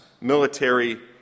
military